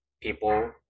people